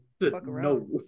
No